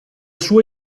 sua